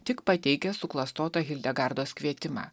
tik pateikęs suklastotą hildegardos kvietimą